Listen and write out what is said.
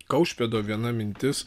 kaušpėdo viena mintis